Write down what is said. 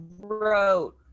wrote